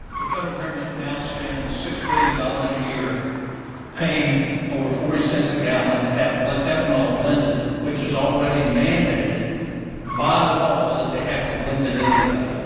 the federal government now spends six billion dollars a year paying over forty cents a gallon to have ethanol blended, which is already mandated by law that they have to blend it anyway.